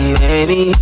baby